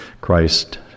Christ